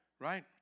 Right